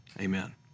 Amen